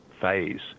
phase